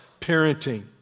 parenting